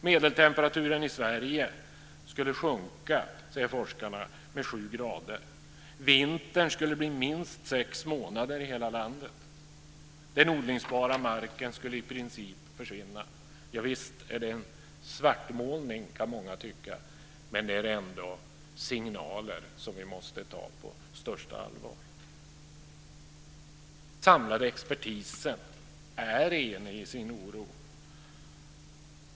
Medeltemperaturen i Sverige skulle sjunka, säger forskarna, med 7 grader. Vintern skulle bli minst sex månader i hela landet. Den odlingsbara marken skulle i princip försvinna. Ja visst är det en svartmålning, kan många tycka, men det är ändå signaler som vi måste ta på största allvar. Den samlade expertisen är enig i sin oro.